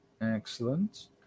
Excellent